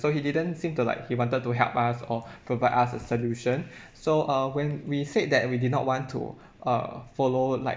so he didn't seem to like he wanted to help us or provide us a solution so uh when we said that we did not want to uh follow like